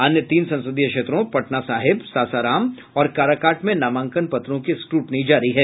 अन्य तीन संसदीय क्षेत्रों पटना साहिब सासाराम और काराकाट में नामांकन पत्रों की स्क्रुटनी जारी है